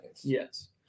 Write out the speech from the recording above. yes